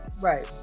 Right